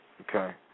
Okay